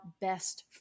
best